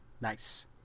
Nice